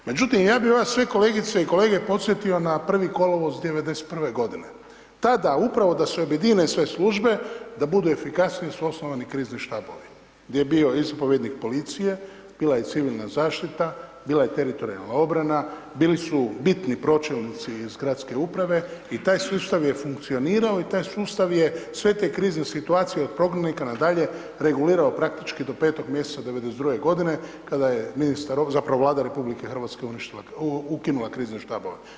Međutim ja bi vas sve kolegice i kolege podsjetio na 1. kolovoz '91. g. Tada upravo da se objedine sve službe, da budu efikasnije su osnovani krizni štabovi gdje je bio i zapovjednik policije, bila je i civilna zaštita, bila je teritorijalna obrana, bili su bitni pročelnici iz gradske uprave i taj sustav je funkcionirao, taj sustav je sve te krizne situacije od prognanika na dalje regulirao praktički do 5. mj. '92. g. kada je ministar obrane zapravo Vlada RH ukunila krizne štabove.